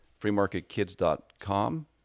freemarketkids.com